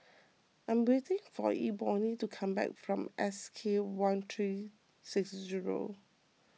I am waiting for Ebony to come back from S K one three six zero